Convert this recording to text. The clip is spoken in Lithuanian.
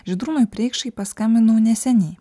žydrūnui preikšai paskambinau neseniai